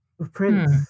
Prince